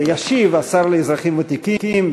ישיב השר לאזרחים ותיקים,